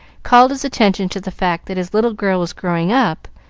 called his attention to the fact that his little girl was growing up,